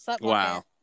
wow